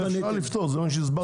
אפשר לפתור את זה, זה מה שהסברתי.